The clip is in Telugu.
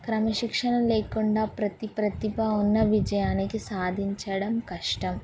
క్రమశిక్షణ లేకుండా ప్రతి ప్రతిభ ఉన్న విజయానికి సాధించడం కష్టం